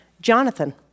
Jonathan